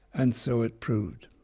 and so it proved.